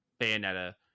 Bayonetta